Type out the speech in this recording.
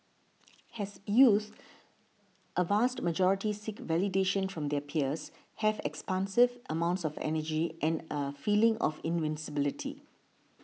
as youths a vast majority seek validation from their peers have expansive amounts of energy and a feeling of invincibility